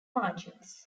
margins